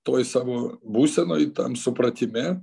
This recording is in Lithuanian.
toj savo būsenoj tam supratime